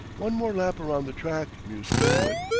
one more lap round the track! mused kirkwood.